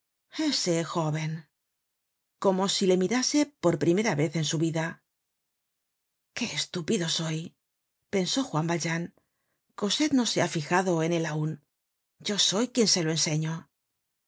ese joven como si le mirase por primera vez en su vida qué estúpido soy pensó juan valjean cosette no se habia fijado en él aun yo soy quien se le enseño oh